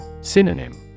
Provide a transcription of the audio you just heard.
Synonym